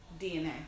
DNA